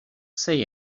say